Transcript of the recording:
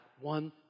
one